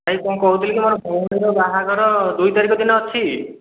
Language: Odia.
ଭାଇ କ'ଣ କହୁଥିଲି କି ମୋର ଭଉଣୀର ବାହାଘର ଦୁଇ ତାରିଖ ଦିନ ଅଛି